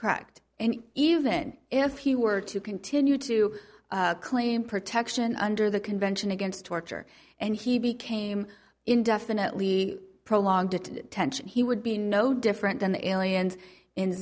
cracked and even if he were to continue to claim protection under the convention against torture and he became indefinitely prolonged it tensioned he would be no different than the aliens in